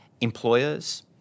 employers